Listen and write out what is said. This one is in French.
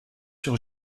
sur